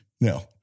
No